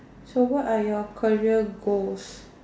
so what are your career goals